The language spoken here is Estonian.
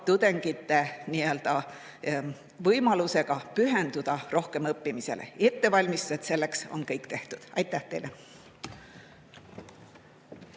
tudengite võimalusega pühenduda rohkem õppimisele. Ettevalmistused selleks on kõik tehtud. Aitäh teile!